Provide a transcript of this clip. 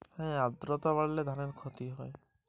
আদ্রর্তা বাড়লে ধানের কি ক্ষতি হয়?